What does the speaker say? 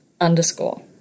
underscore